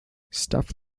stuff